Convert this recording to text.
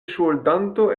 ŝuldanto